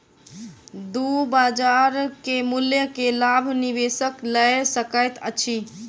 दू बजार के मूल्य के लाभ निवेशक लय सकैत अछि